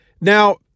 Now